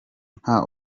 nta